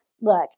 Look